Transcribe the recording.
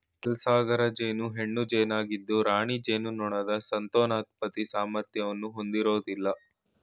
ಕೆಲ್ಸಗಾರ ಜೇನು ಹೆಣ್ಣು ಜೇನಾಗಿದ್ದು ರಾಣಿ ಜೇನುನೊಣದ ಸಂತಾನೋತ್ಪತ್ತಿ ಸಾಮರ್ಥ್ಯನ ಹೊಂದಿರೋದಿಲ್ಲ